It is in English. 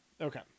okay